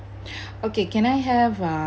okay can I have a